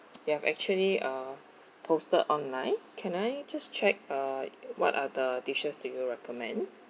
you have actually uh posted online can I just check uh what are the dishes do you recommend